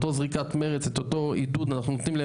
את אותה זריקת מרץ,